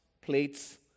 plates